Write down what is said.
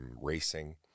racing